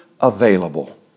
available